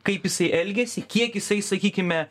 kaip jisai elgiasi kiek jisai sakykime